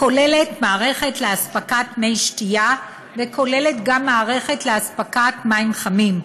הכוללת מערכת לאספקת מי שתייה וכוללת גם מערכת לאספקת מים חמים,